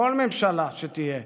כל ממשלה שתהיה,